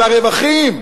על הרווחים,